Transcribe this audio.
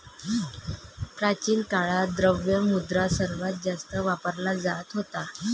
प्राचीन काळात, द्रव्य मुद्रा सर्वात जास्त वापरला जात होता